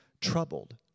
troubled